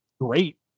great